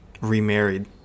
remarried